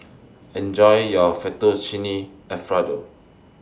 Enjoy your Fettuccine Alfredo